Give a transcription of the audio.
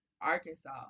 Arkansas